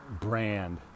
brand